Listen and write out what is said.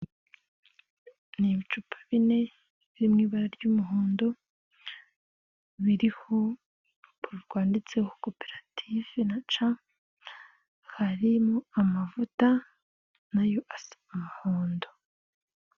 Ni ibicupa bine biri mu ibara ry'umuhondo biriho urupapuro rwanditseho koperative na ca, harimo amavuta na yo asa umuhondo.